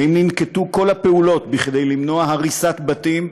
האם ננקטו כל הפעולות למנוע הריסת בתים,